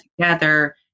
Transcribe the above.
together